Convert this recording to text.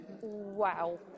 wow